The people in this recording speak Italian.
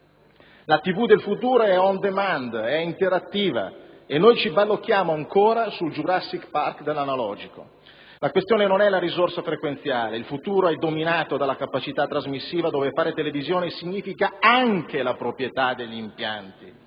La Tv del futuro è *on demand*, è interattiva e noi ci balocchiamo ancora sul *jurassic* *park* dell'analogico! La questione non è la risorsa frequenziale; il futuro è dominato dalla capacità trasmissiva, dove fare televisione significa anche la proprietà degli impianti